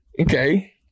Okay